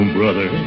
brother